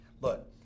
Look